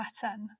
pattern